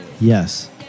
Yes